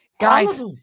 guys